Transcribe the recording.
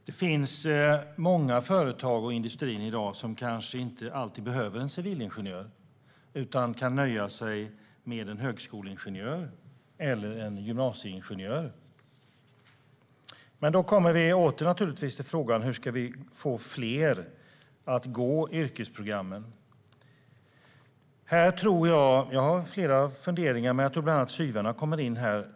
Det finns många företag och industrier i dag som inte alltid behöver en civilingenjör utan kan nöja sig med en högskoleingenjör eller en gymnasieingenjör. Men då kommer vi naturligtvis åter till frågan: Hur ska vi få fler att gå yrkesprogrammen? Jag har flera funderingar. Jag tror bland annat att studie och yrkesvägledarna kommer in här.